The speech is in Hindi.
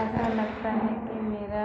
ऐसा लगता है कि मेरा